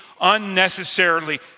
unnecessarily